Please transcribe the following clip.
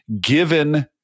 given